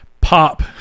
pop